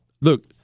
Look